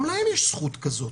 גם להם יש זכות כזו,